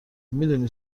میدونی